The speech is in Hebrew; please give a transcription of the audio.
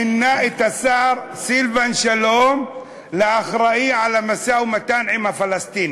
מינה את השר סילבן שלום לאחראי למשא-ומתן עם הפלסטינים.